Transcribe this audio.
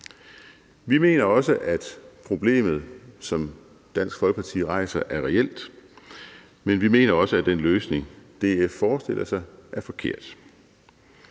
Vi mener, at problemet, som Dansk Folkeparti rejser, er reelt, men vi mener også, at den løsning, som DF forestiller sig, er forkert.